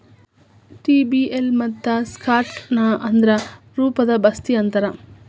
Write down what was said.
T bill ಮತ್ತ stock ನ ದ್ರವ ರೂಪದ್ ಆಸ್ತಿ ಅಂತಾರ್